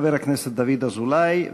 חבר הכנסת דוד אזולאי,